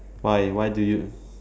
why why do you